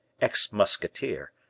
ex-musketeer